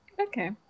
okay